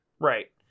Right